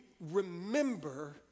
remember